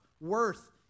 Worth